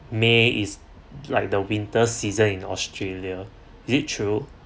may is like the winter season in australia is it true